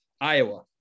Iowa